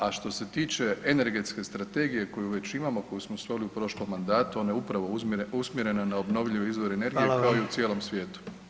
A što se tiče energetske strategije koju već imamo, koju smo stvorili u prošlom mandatu, ona je upravo usmjerena na obnovljive izvore [[Upadica: Hvala vam.]] energije kao i u cijelom svijetu.